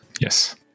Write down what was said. Yes